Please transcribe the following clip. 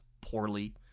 poorly